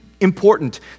important